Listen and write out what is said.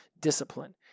discipline